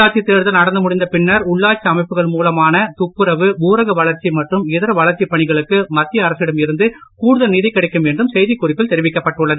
உள்ளாட்சி தேர்தல் நடந்து முடிந்த பின்னர் உள்ளாட்சி அமைப்புகள் மூலமான துப்புரவு ஊரக வளர்ச்சி மற்றும் இதர வளர்ச்சிப் பணிகளுக்கு மத்திய அரசிடம் இருந்து கூடுதல் நிதி கிடைக்கும் என்றும் செய்திக் குறிப்பில் தெரிவிக்கப்பட்டுள்ளது